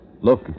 Look